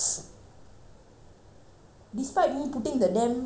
despite me putting the damn combat thing everywhere